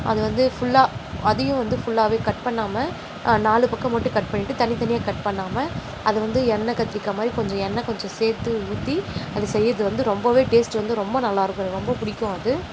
அது வந்து ஃபுல்லாக அதையும் வந்து ஃபுல்லாகவே கட் பண்ணாமல் நாலு பக்கம் மட்டும் கட் பண்ணிவிட்டு தனி தனியாக கட் பண்ணாமல் அதை வந்து எண்ணெய் கத்திரிக்காய் மாதிரி கொஞ்சம் எண்ணெய் கொஞ்சம் சேர்த்து ஊற்றி அதை செய்கிறது வந்து ரொம்பவே டேஸ்ட் வந்து ரொம்ப நல்லாயிருக்கும் எனக்கு ரொம்ப பிடிக்கும் அது